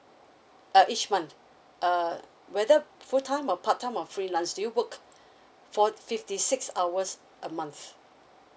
uh each [one] uh whether full time or part time or freelance do you work for~ fifty six hours a month